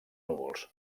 núvols